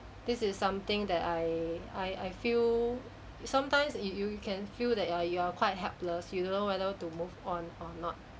this is something that I I I feel sometimes you you you can feel that you are you are quite helpless you don't know whether to move on or not